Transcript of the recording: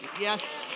Yes